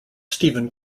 steven